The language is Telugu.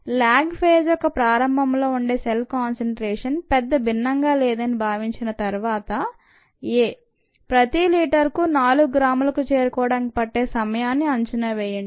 లాగ్ ఫేజ్ యొక్క ప్రారంభంలో ఉండేసెల్ కాన్సంట్రేషన్ పెద్ద భిన్నంగా లేదని భావించిన తరువాత ప్రతి లీటరుకు 4 గ్రాములకు చేరుకోవడానికి పట్టే సమయాన్ని అంచనా వేయండి